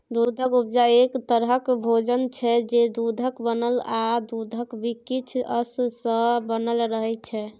दुधक उपजा एक तरहक भोजन छै जे दुधक बनल या दुधक किछ अश सँ बनल रहय छै